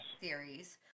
series